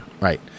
Right